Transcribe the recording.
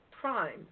prime